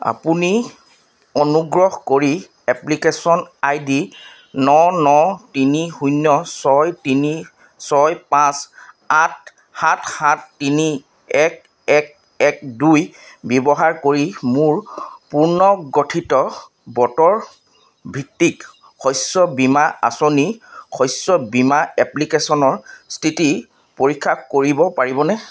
আপুনি অনুগ্ৰহ কৰি এপ্লিকেচন আই ডি ন ন তিনি শূন্য ছয় তিনি ছয় পাঁচ আঠ সাত সাত তিনি এক এক এক দুই ব্যৱহাৰ কৰি মোৰ পুনৰ্গঠিত বতৰ ভিত্তিক শস্য বীমা আঁচনি শস্য বীমা এপ্লিকেচনৰ স্থিতি পৰীক্ষা কৰিব পাৰিবনে